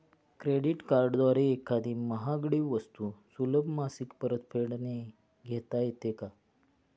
Credit कार्डद्वारे एखादी महागडी वस्तू सुलभ मासिक परतफेडने घेता येते का?